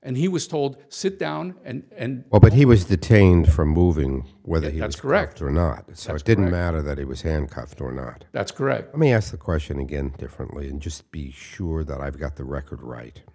and he was told sit down and all but he was detained for moving whether he was correct or not so i was didn't matter that he was handcuffed or not that's correct i may ask the question again differently and just be sure that i've got the record right